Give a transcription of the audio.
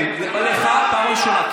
כן, אותך פעם ראשונה.